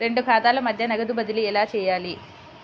రెండు ఖాతాల మధ్య నగదు బదిలీ ఎలా చేయాలి?